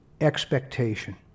Expectation